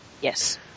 Yes